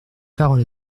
parole